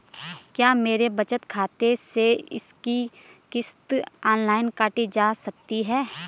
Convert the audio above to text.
क्या मेरे बचत खाते से इसकी किश्त ऑनलाइन काटी जा सकती है?